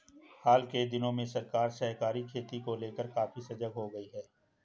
हाल के दिनों में सरकार सहकारी खेती को लेकर काफी सजग हो गई है